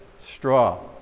Straw